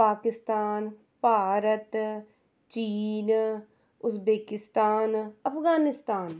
ਪਾਕਿਸਤਾਨ ਭਾਰਤ ਚੀਨ ਉਜ਼ਬੇਕਿਸਤਾਨ ਅਫਗਾਨਿਸਤਾਨ